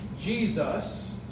Jesus